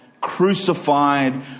Crucified